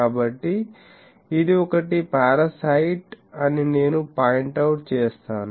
కాబట్టి ఇది ఒకటి పారసైట్ అని నేను పాయింట్ అవుట్ చేస్తాను